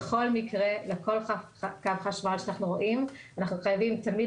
בכל מקרה לכל קו חשמל שאנחנו רואים חייבים תמיד